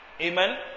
Amen